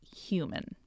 human